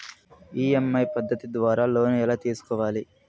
EMI పద్ధతి ద్వారా loan ఎలా తీసుకోవాలి